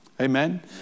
Amen